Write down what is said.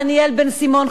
דניאל בן-סימון,